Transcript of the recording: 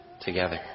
together